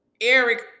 Eric